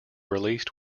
released